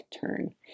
turn